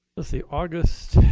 let's see. august